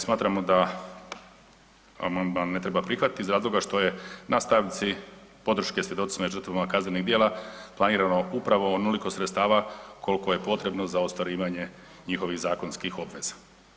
Smatramo da amandman ne treba prihvati iz razloga što je na stavci podrške svjedocima i žrtvama kaznenih djela planirano upravo onoliko sredstava koliko je potrebno za ostvarivanje njihovih zakonskih obveza.